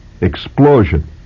explosion